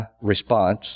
response